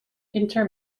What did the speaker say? inter